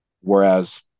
whereas